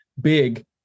big